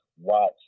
watch